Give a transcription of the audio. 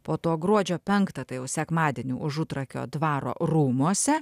po to gruodžio penktą tai jau sekmadienį užutrakio dvaro rūmuose